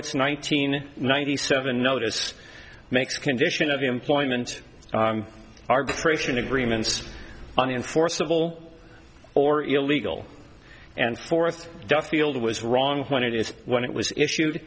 its nineteen ninety seven notice makes a condition of employment arbitration agreements on enforceable or illegal and fourth duffield was wrong when it is when it was issued